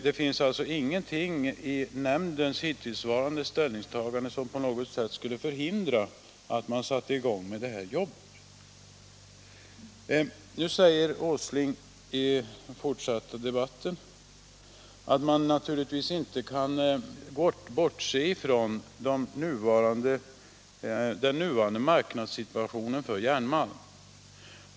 Det finns alltså ingenting i nämndens hittillsvarande ställningstagande som på något sätt förhindrar att man sätter i gång det här jobbet. Herr Åsling säger i den fortsatta debatten att man naturligtvis inte kan bortse ifrån den nuvarande marknadssituationen för järnmalm.